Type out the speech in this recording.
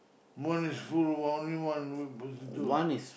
one is full but only one with potato